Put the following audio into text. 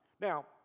Now